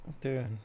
Dude